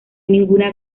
ninguna